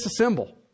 Disassemble